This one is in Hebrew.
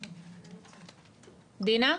רינת.